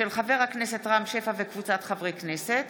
של חבר הכנסת רם שפע וקבוצת חברי הכנסת,